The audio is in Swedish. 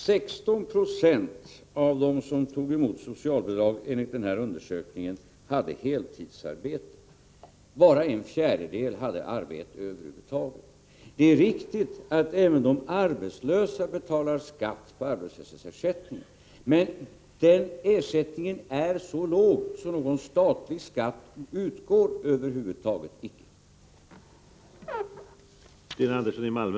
Herr talman! 16 96 av dem som tog emot socialbidrag enligt nämnda undersökning hade heltidsarbete. Bara en fjärdedel hade ett arbete över huvud taget. Det är riktigt att även de arbetslösa betalar skatt på arbetslöshetsersättningen. Men den ersättningen är så låg att någon statlig skatt över huvud taget icke uttas.